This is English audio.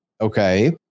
Okay